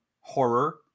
horror